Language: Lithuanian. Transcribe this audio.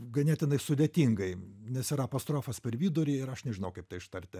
ganėtinai sudėtingai nes yra apostrofas per vidurį ir aš nežinau kaip tai ištarti